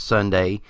Sunday